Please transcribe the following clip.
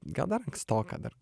gal dar ankstoka dar